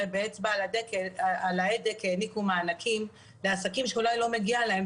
הרי באצבע על ההדק העניקו מענקים לעסקים שאולי לא מגיע להם,